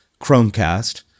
Chromecast